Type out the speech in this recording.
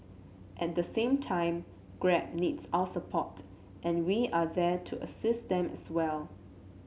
at the same time Grab needs our support and we are there to assist them as well